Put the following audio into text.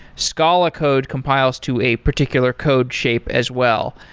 scala code compiles to a particular code shape as well.